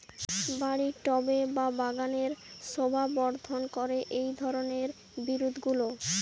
বাড়ির টবে বা বাগানের শোভাবর্ধন করে এই ধরণের বিরুৎগুলো